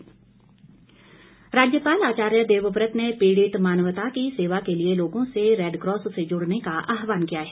राज्यपाल राज्यपाल आचार्य देवव्रत ने पीड़ित मानवता की सेवा के लिए लोगों से रैडकॉस से जुड़ने का आहवान किया है